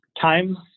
times